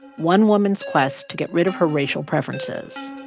one woman's quest to get rid of her racial preferences.